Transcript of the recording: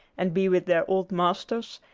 and be with their old masters,